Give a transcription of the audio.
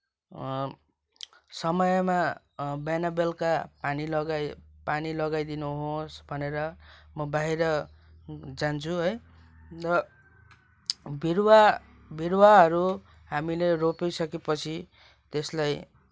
समयमा बिहान बेलुका पानी लगाइ पानी लगाइदिनुहोस् भनेर म बाहिर जान्छु है र बिरूवा बिरूवाहरू हामीले रोपिसकेपछि त्यसलाई